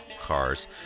cars